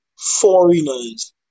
Foreigners